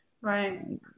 Right